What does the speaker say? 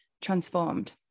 transformed